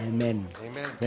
Amen